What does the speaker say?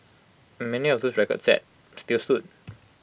and many of those records set still stood